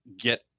get